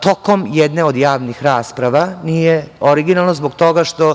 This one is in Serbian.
tokom jedne od javnih rasprava. Nije originalno zbog toga što